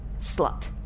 Slut